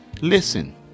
Listen